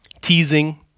teasing